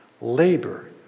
labor